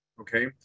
Okay